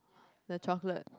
the chocolate